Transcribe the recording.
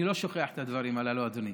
אני לא שוכח את הדברים הללו, אדוני.